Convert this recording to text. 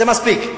זה מספיק.